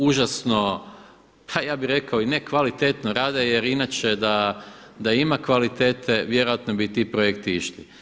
Užasno pa ja bih rekao i nekvalitetno rade, jer inače da ima kvalitete vjerojatno bi i ti projekti išli.